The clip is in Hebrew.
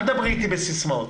אל תדברי איתי בסיסמאות.